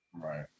right